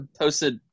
posted